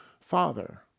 Father